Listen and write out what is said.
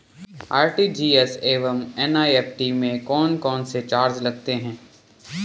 RTGS एवं NEFT में कौन कौनसे चार्ज लगते हैं?